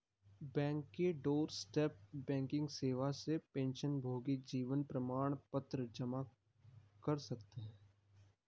bank की doorstep banking सेवा से पेंशनभोगी जीवन प्रमाण पत्र जमा कर सकते हैं